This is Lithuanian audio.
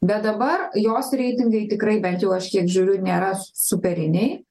bet dabar jos reitingai tikrai bent jau aš kiek žiūriu nėra superiniai